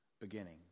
beginning